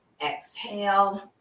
Exhale